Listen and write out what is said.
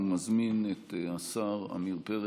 אני מזמין את השר עמיר פרץ.